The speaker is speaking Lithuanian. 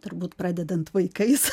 turbūt pradedant vaikais